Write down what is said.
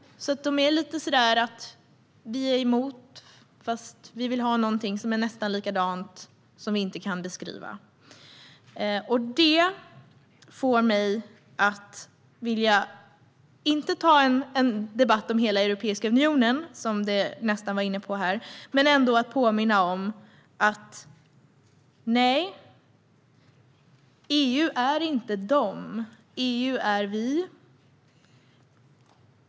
De är emot men vill ha något som är nästan likadant, som de inte kan beskriva. Det får mig inte att vilja ta en debatt om hela Europeiska unionen, som man nästan var inne på här, men att vilja påminna om att EU inte är de utan vi.